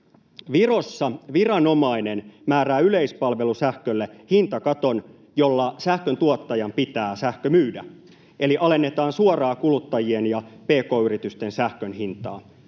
Virossa viranomainen määrää yleispalvelusähkölle hintakaton, jolla sähköntuottajan pitää sähkö myydä, eli alennetaan suoraan kuluttajien ja pk-yritysten sähkön hintaa.